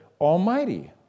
Almighty